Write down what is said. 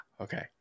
okay